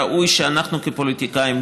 ראוי שאנחנו כפוליטיקאים,